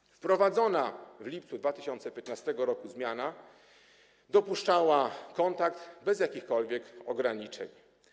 I wprowadzona w lipcu 2015 r. zmiana dopuszczała kontakt bez jakichkolwiek ograniczeń.